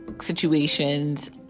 situations